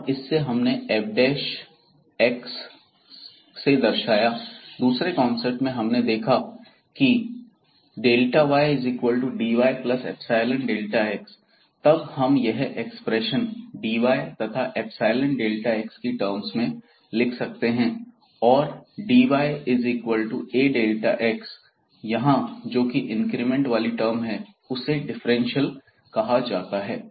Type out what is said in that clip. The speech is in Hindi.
और इससे हमने fसे दर्शाया दूसरे कॉन्सेप्ट में हमने देखा की ydyϵx तब हम यह एक्सप्रेशन dy तथा ϵx की टर्म्स में लिख सकते हैं और dyAΔx यहां जो इंक्रीमेंट वाली टर्म है उसे डिफरेंशियल कहा जाता है